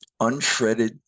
unshredded